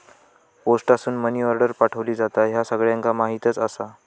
पोस्टासून money order पाठवली जाता, ह्या सगळ्यांका माहीतच आसा